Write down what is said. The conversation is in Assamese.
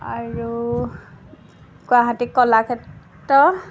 আৰু গুৱাহাটী কলাক্ষেত্ৰ